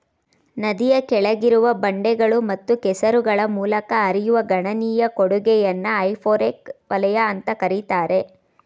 ನದಿಯ ಕೆಳಗಿರುವ ಬಂಡೆಗಳು ಮತ್ತು ಕೆಸರುಗಳ ಮೂಲಕ ಹರಿಯುವ ಗಣನೀಯ ಕೊಡುಗೆಯನ್ನ ಹೈಪೋರೆಕ್ ವಲಯ ಅಂತ ಕರೀತಾರೆ